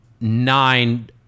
nine